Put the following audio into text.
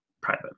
private